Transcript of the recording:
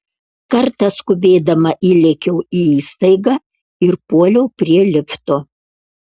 kartą skubėdama įlėkiau į įstaigą ir puoliau prie lifto